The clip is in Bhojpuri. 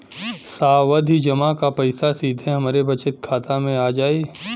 सावधि जमा क पैसा सीधे हमरे बचत खाता मे आ जाई?